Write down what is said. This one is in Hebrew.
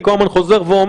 אני כל הזמן חוזר ואומר,